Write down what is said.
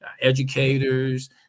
educators